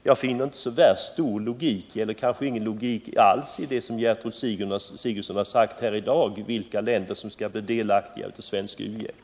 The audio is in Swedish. Jag finner inte så värst stor logik — eller kanske ingen logik alls — i det Gertrud Sigurdsen har sagt i dag om vilka länder som skall bli delaktiga av svensk u-hjälp.